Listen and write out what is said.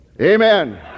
Amen